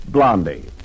Blondie